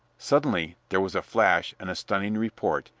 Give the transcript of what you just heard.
suddenly there was a flash and a stunning report,